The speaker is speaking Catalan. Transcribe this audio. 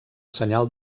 senyal